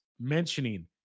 mentioning